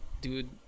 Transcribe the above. dude